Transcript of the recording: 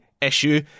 issue